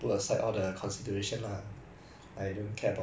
ya if you don't think too deep lah I think food is a good option